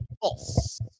false